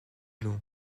long